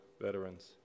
veterans